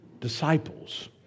disciples